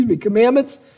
commandments